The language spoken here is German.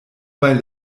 weil